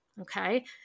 Okay